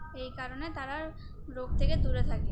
এই কারণে তারা রোগ থেকে দূরে থাকে